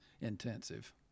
intensive